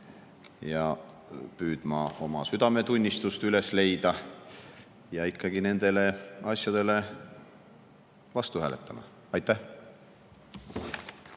püüdma oma südametunnistust üles leida ja ikkagi nende asjade vastu hääletama. Aitäh!